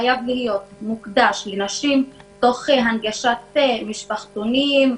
שחייב להיות מוקדש לנשים תוך הנגשת משפחתונים,